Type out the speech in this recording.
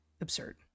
absurd